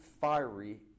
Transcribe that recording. fiery